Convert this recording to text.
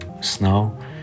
snow